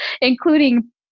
including